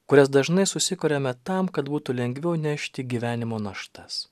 kurias dažnai susikuriame tam kad būtų lengviau nešti gyvenimo naštas